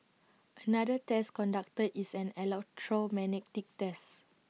another test conducted is an electromagnetic test